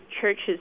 churches